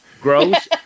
Gross